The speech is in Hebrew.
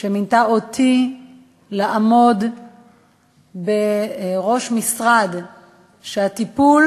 כשמינתה אותי לעמוד בראש משרד שהטיפול